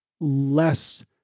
less